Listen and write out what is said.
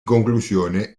conclusione